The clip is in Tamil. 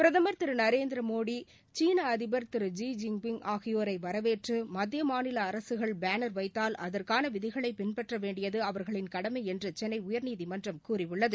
பிரதமர் திரு நரேந்திர மோடி சீன அதிபர் திரு ஸி ஜின்பிங் ஆகியோளர வரவேற்று மத்திய மாநில அரககள் பேனர் வைத்தால் அதற்கான விதிகளை பின்பற்ற வேண்டியது அவர்களின் கடமை என்று சென்னை உயர்நீதிமன்றம் கூறியுள்ளது